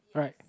right